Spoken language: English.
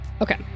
Okay